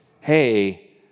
hey